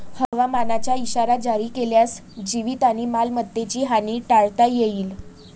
हवामानाचा इशारा जारी केल्यास जीवित आणि मालमत्तेची हानी टाळता येईल